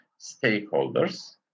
stakeholders